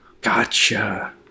Gotcha